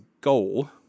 Goal